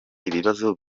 ibibazo